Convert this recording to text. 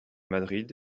madrid